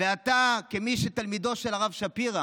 ואתה, כתלמידו של הרב שפירא,